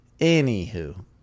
Anywho